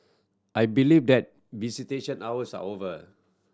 I believe that visitation hours are over